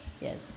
Yes